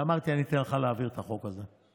ואמרתי: אני אתן לך להעביר את החוק הזה.